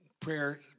prayer